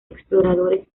exploradores